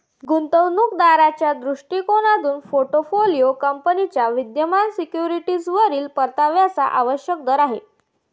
गुंतवणूक दाराच्या दृष्टिकोनातून पोर्टफोलिओ कंपनीच्या विद्यमान सिक्युरिटीजवरील परताव्याचा आवश्यक दर आहे